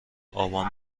آبان